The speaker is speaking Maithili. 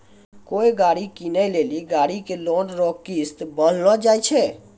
कोय गाड़ी कीनै लेली गाड़ी के लोन रो किस्त बान्हलो जाय छै